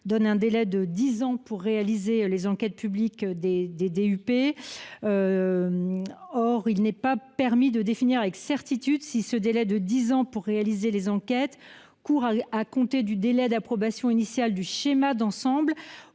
donne un délai de 10 ans pour réaliser les enquêtes publiques des des D U P Euh. Or, il n'est pas permis de définir avec certitude si ce délai de 10 ans pour réaliser les enquêtes court à compter du délai d'approbation initial du schéma d'ensemble